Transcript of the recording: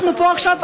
אנחנו פה עכשיו,